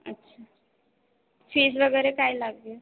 अच्छा फीज वगैरे काय लागतील